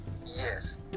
Yes